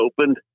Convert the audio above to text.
opened